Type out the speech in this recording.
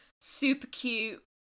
super-cute